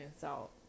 salt